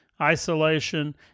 isolation